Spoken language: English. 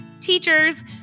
teachers